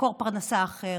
מקור פרנסה אחר,